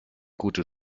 gute